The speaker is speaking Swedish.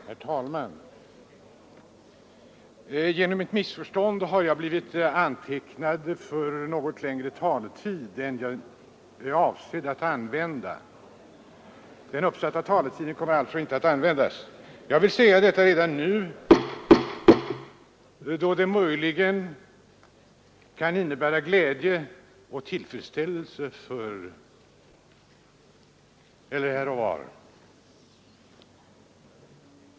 Herr talman! Genom ett missförstånd har jag blivit antecknad för något längre taletid än jag avsett att använda. Den uppsatta taletiden kommer alltså inte att utnyttjas. Jag vill säga detta redan nu, då det möjligen kan innebära glädje och tillfredsställelse här och var.